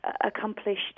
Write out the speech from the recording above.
accomplished